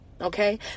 Okay